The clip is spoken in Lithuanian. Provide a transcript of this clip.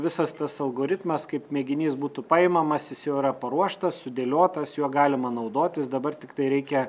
visas tas algoritmas kaip mėginys būtų paimamas jis jau yra paruoštas sudėliotas juo galima naudotis dabar tiktai reikia